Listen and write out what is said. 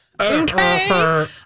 Okay